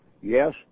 Yes